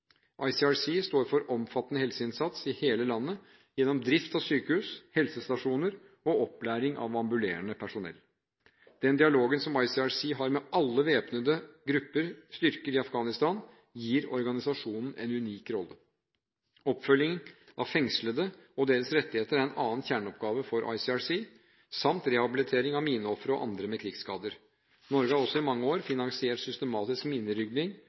står for omfattende helseinnsats i hele landet gjennom drift av sykehus, helsestasjoner og opplæring av ambulerende personell. Den dialogen som ICRC har med alle væpnede grupper/styrker i Afghanistan, gir organisasjonen en unik rolle. Oppfølgingen av fengslede og deres rettigheter er en annen kjerneoppgave for ICRC samt rehabilitering av mineofre og andre med krigsskader. Norge har også i mange år finansiert systematisk